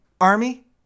Army